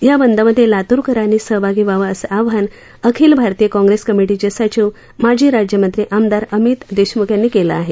या बंद मध्ये लातूरकरांनी सहभागी व्हावं असं आवाहन अखिल भारतीय काँप्रेस कमिटीचे सचिव माजी राज्यमंत्री आमदार अमित देशमुख यांनी केलं आहे